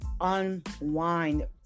unwind